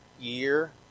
year